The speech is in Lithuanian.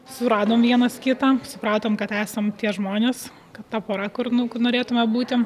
suradom vienas kitą supratom kad esam tie žmonės kad ta pora kur nu norėtume būti